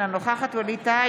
אינה נוכחת ווליד טאהא,